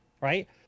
right